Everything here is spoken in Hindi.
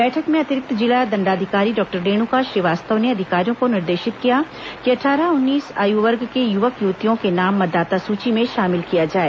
बैठक में अतिरिक्त जिला दंडाधिकारी डॉक्टर रेणुका श्रीवास्तव ने अधिकारियों को निर्देशित किया गया कि अट्ठारह उन्नीस आय् वर्ग की युवक युवतियों के नाम मतदाता सूची में शामिल किया जाए